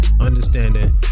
understanding